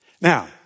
Now